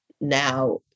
now